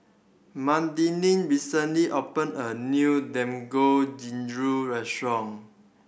Madelynn recently opened a new Dangojiru restaurant